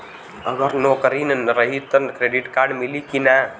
अगर नौकरीन रही त क्रेडिट कार्ड मिली कि ना?